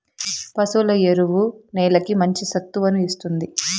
పశువుల ఎరువు నేలకి మంచి సత్తువను ఇస్తుంది